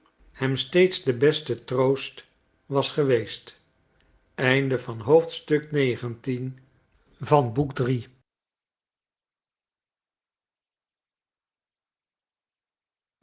hem steeds de beste troost was geweest